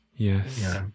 Yes